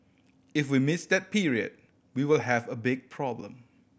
if we miss that period we will have a big problem